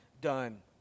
done